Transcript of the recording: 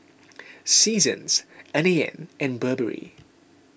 Seasons N A N and Burberry